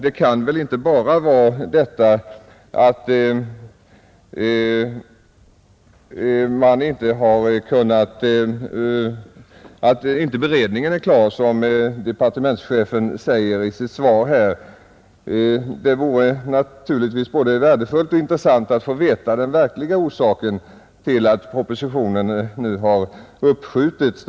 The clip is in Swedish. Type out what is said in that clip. Det kan väl inte enbart vara detta att inte beredningen är klar, som departementschefen säger i sitt svar. Naturligtvis vore det både värdefullt och intressant att få veta den verkliga orsaken till att propositionen nu har uppskjutits.